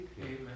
Amen